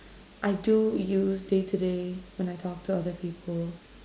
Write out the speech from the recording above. I do use day to day when I talk to other people